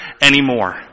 anymore